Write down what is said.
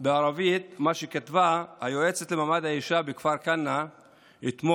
בערבית מה שכתבה היועצת למעמד האישה בכפר כנא אתמול,